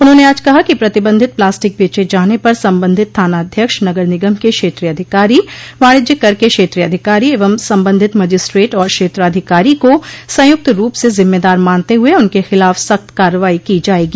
उन्होंने आज कहा कि प्रतिबंधित प्लास्टिक बेचे जाने पर संबंधित थानाध्यक्ष नगर निगम के क्षेत्रीय अधिकारी वाणिज्य कर के क्षेत्रीय अधिकारी एव संबंधित मजिस्ट्रेट और क्षेत्राधिकारी को संयुक्त रूप से जिम्मेदार मानते हुए उनके खिलाफ सख्त कार्रवाई की जायेगी